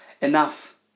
enough